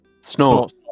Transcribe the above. Snort